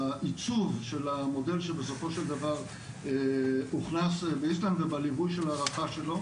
בעיצוב של המודל שבסופו של דבר הוכנס באיסלנד ובליווי של הערכה שלו